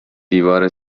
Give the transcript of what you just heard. دیوار